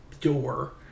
door